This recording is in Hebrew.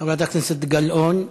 חברת הכנסת גלאון,